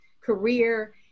career